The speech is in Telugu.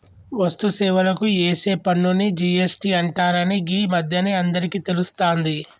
వస్తు సేవలకు ఏసే పన్నుని జి.ఎస్.టి అంటరని గీ మధ్యనే అందరికీ తెలుస్తాంది